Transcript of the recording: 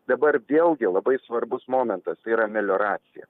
dabar vėlgi labai svarbus momentas tai yra melioracija